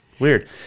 Weird